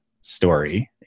story